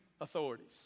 authorities